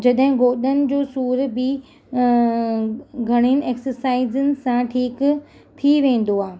जॾहिं गोॾनि जो सूरु बि घणनि एक्सरसाइज़ सां ठीकु थी वेंदो आहे